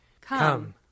Come